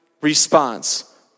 response